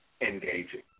engaging